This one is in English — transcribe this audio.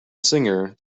singer